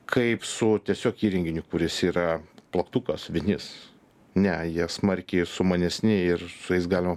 kaip su tiesiog įrenginiu kuris yra plaktukas vinis ne jie smarkiai sumanesni ir su jais galima